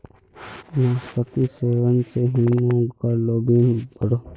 नास्पातिर सेवन से हीमोग्लोबिन बढ़ोह